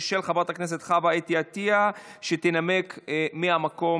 של חברת הכנסת חוה אתי עטייה, שתנמק מהמקום